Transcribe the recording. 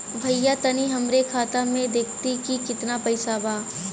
भईया तनि हमरे खाता में देखती की कितना पइसा बा?